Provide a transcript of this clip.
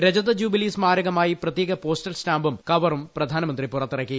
രജതജൂബിലി സ്മാരകമായി പ്രത്യേക പോസ്റ്റൽ സ്റ്റാമ്പും കവറും പ്രധാനമന്ത്രി പുറത്തിറക്കി